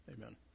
Amen